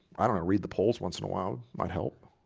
i don't read the polls once in a while might help